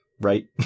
right